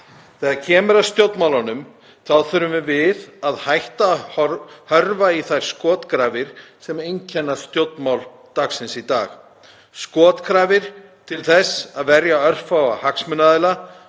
Þegar kemur að stjórnmálunum þurfum við að hætta hörfa í þær skotgrafir sem einkenna stjórnmál dagsins í dag, skotgrafir til þess að verja örfáa hagsmunaaðila,